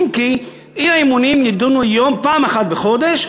אם כי הצעות האי-אמון יידונו פעם אחת בחודש,